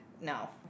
no